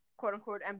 quote-unquote